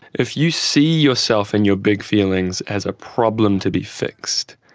if you see yourself and your big feelings as a problem to be fixed,